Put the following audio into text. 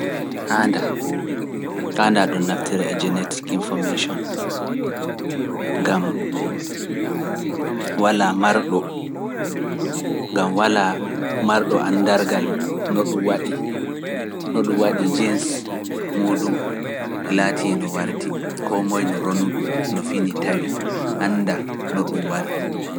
Haandaa, haandaa ɗum naftira e genetics infomation, ngam walaa marɗo, ngam walaa marɗo anndargal no ɗum waɗi, no ɗum waɗi genes muuɗum, laatii no warti, koo moye e ronu-ɗum, no fini tawi, anndaa no ɗum warri.